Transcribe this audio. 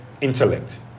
intellect